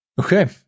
Okay